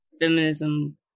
feminism